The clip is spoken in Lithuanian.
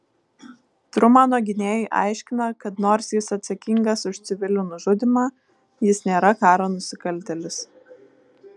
trumano gynėjai aiškina kad nors jis atsakingas už civilių nužudymą jis nėra karo nusikaltėlis